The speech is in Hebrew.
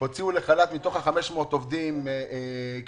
הוציאו לחל"ת מתוך 500 עובדים כ-350,